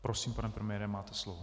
Prosím, pane premiére, máte slovo.